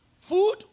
food